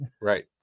Right